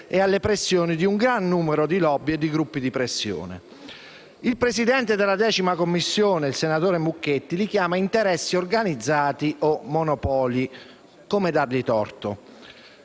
e alle pressioni di un gran numero di *lobby* e gruppi di pressione. Il Presidente della 10ª Commissione, senatore Mucchetti, li chiama interessi organizzati o monopoli. Come dargli torto?